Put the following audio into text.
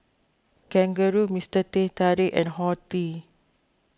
Kangaroo Mister Teh Tarik and Horti